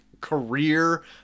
career